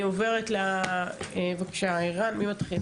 אני עוברת לערן, בבקשה.